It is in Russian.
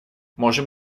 можем